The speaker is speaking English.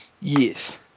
Yes